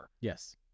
Yes